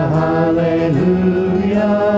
hallelujah